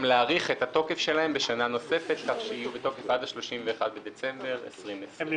להאריך את התוקף שלהן בשנה נוספת כך שיהיו בתוקף עד 31.12.20. .